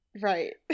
Right